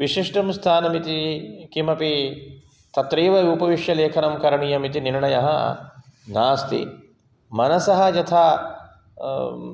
विशिष्टं स्थानमिति किमपि तत्रैव उपविश्य लेखनं करणीयमिति निर्णयः नास्ति मनसः यथा